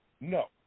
No